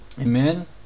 Amen